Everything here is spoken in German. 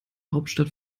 hauptstadt